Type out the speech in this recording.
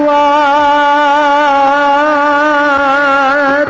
aa